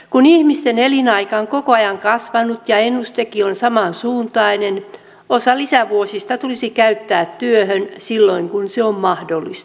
kun ihmisten elinaika on koko ajan kasvanut ja ennustekin on samansuuntainen osa lisävuosista tulisi käyttää työhön silloin kun se on mahdollista